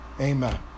Amen